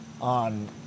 on